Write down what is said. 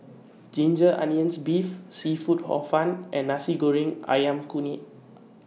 Ginger Onions Beef Seafood Hor Fun and Nasi Goreng Ayam Kunyit